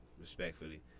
Respectfully